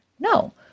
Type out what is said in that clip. No